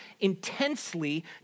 intensely